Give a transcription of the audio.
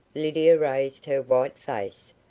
lydia raised her white face,